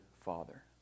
Father